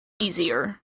easier